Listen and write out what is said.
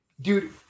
Dude